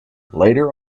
later